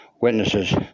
witnesses